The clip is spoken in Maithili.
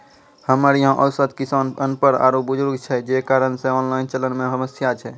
हमरा यहाँ औसत किसान अनपढ़ आरु बुजुर्ग छै जे कारण से ऑनलाइन चलन मे समस्या छै?